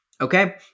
okay